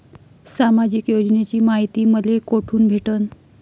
सामाजिक योजनेची मायती मले कोठून भेटनं?